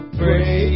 pray